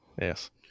Yes